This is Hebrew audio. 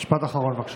משפט אחרון, בבקשה.